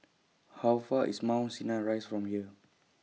How Far IS Mount Sinai Rise from here